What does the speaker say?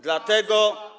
Dlatego.